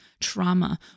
trauma